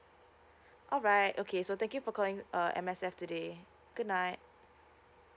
alright okay so thank you for calling uh M_S_F today goodnight